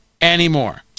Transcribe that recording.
anymore